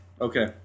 Okay